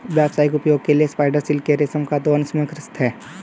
व्यावसायिक उपयोग के लिए स्पाइडर सिल्क के रेशम का दोहन समस्याग्रस्त है